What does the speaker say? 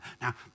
Now